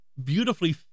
beautifully